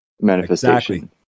manifestation